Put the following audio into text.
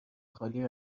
خالی